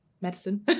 medicine